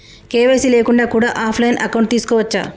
KYC లేకుండా కూడా offline account తీసుకోవచ్చా?